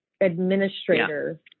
administrator